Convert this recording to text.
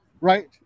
right